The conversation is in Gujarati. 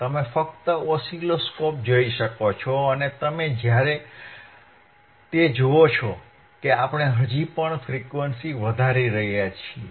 તમે ફક્ત ઓસિલોસ્કોપ જોઈ શકો છો અને તમે જોઈ શકો છો કે આપણે હજી પણ ફ્રીક્વન્સી વધારી રહ્યા છીએ